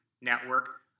network